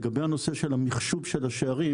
לגבי נושא המחשוב של השערים